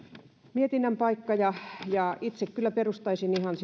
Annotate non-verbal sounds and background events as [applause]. mietinnän paikka itse kyllä perustaisin ihan [unintelligible]